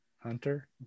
hunter